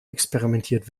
experimentiert